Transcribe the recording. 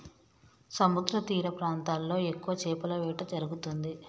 సముద్రతీర ప్రాంతాల్లో ఎక్కువ చేపల వేట జరుగుతుంది